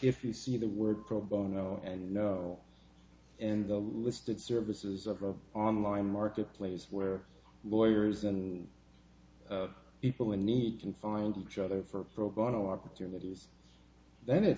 if you see the word pro bono and know and the listed services of a online marketplace where lawyers and people in need can find each other for pro bono opportunities then it